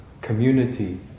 community